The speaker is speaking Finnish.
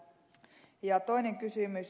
ja toinen kysymys